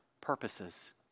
purposes